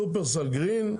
שופרסל גרין,